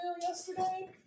yesterday